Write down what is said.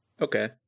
okay